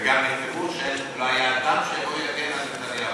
ועדת משנה לנושאי חוץ,